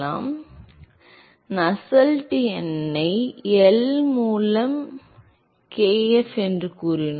எனவே நஸ்ஸெல்ட் எண்ணை எல் மூலம் எல் மூலம் kf என்று கூறினோம்